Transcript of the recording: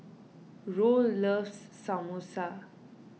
Roll loves Samosa